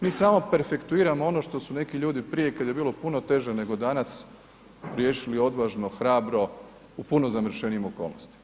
Mi samo perfektuiramo ono što su neki ljudi prije kad je bilo puno teže nego danas riješili odvažno, hrabro u puno zamršenijim okolnostima.